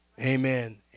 Amen